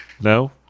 No